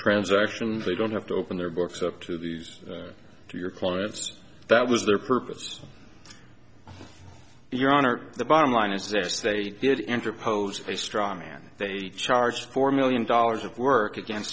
transaction they don't have to open their books up to these to your clients that was their purpose your honor the bottom line is this they did interposed a straw man they charge four million dollars of work against